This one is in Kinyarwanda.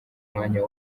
mwanya